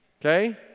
Okay